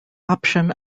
option